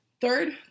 third